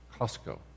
Costco